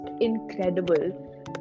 incredible